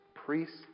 Priests